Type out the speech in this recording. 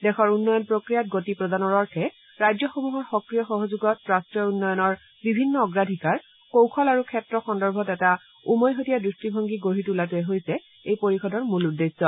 দেশৰ উন্নয়ন প্ৰক্ৰিয়াত গতি প্ৰদানৰ অৰ্থে ৰাজ্যসমূহৰ সক্ৰিয় সহযোগত ৰাষ্ট্ৰীয় উন্নয়নৰ বিভিন্ন অগ্ৰাধিকাৰ কৌশল আৰু ক্ষেত্ৰ সন্দৰ্ভত এটা উমৈহতীয়া দৃষ্টিভংগী গঢ়ি তোলাটোৱে হৈছে এই পৰিষদৰ মূল উদ্দেশ্য